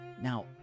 Now